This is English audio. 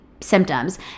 Symptoms